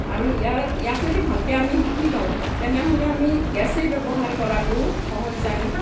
আৰু ইয়াৰ ইয়াক যদি ভালকৈ আমি শিকি লওঁ তেনেহ'লে আমি গেছেই ব্যৱহাৰ কৰাতো সহজ যেন